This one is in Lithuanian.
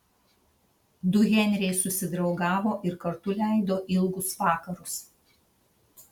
du henriai susidraugavo ir kartu leido ilgus vakarus